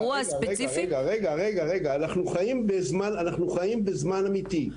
רגע, אנחנו חיים בזמן אמיתי.